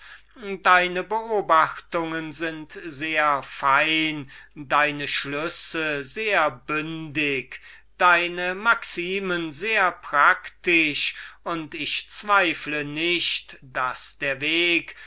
deine beobachtungen sind sehr fein deine schlüsse sehr bündig deine maximen sehr praktisch und ich zweifle nicht daß der weg